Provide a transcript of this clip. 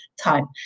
time